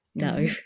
No